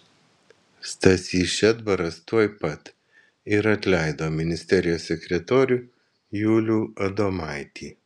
stasys šedbaras tuoj pat ir atleido ministerijos sekretorių julių adomaitį